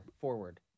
Forward